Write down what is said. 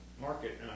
Market